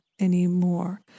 anymore